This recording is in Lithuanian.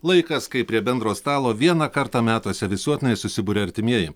laikas kai prie bendro stalo vieną kartą metuose visuotinai susiburia artimieji